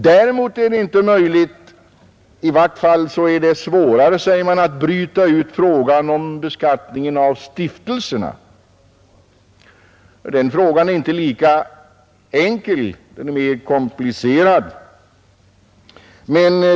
Däremot är det inte möjligt — i varje fall är det svårare, säger man — att bryta ut frågan om beskattningen av stiftelserna; den frågan är mer komplicerad.